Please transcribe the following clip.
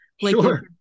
Sure